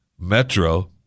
Metro